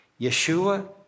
Yeshua